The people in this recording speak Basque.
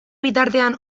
bitartean